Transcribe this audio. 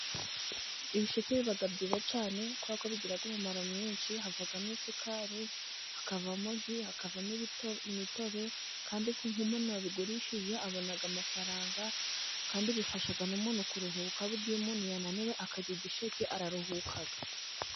Ibisheke biba byiza cyane kuko kuko bigira umumaro mwinshi havamo isukari ,hakavamo ji ,hakavamo imitobe kandi iyo umuntu wabigurishije abona amafaranga, kandi bifasha umuntu kuruhuka ,burya iyo umuntu yananiwe akarya igisheke araruhuka.